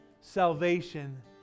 salvation